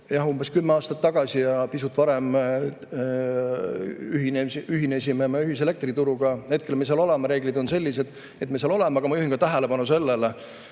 Umbes kümme aastat tagasi või pisut varem ühinesime me [avatud] elektrituruga ja hetkel me seal oleme. Reeglid on sellised, et me seal oleme. Aga ma juhin tähelepanu sellele,